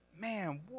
Man